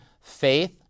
faith